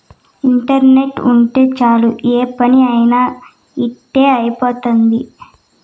internet ఉంటే చాలు ఏ పని అయినా ఇట్టి అయిపోతుంది